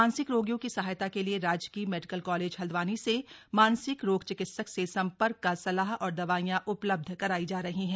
मानसिक रोगियों की सहायता के लिए राजकीय मेडीकल कालेज हल्द्वानी से मानसिक रोग चिकित्सक से सम्पर्क कर सलाह और दवाइयां उपलब्ध करायी जा रही है